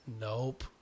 Nope